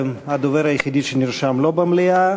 הדובר היחידי שנרשם אינו במליאה.